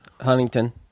Huntington